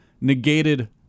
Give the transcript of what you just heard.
negated